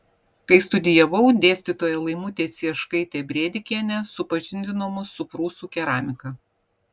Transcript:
kai studijavau dėstytoja laimutė cieškaitė brėdikienė supažindino mus su prūsų keramika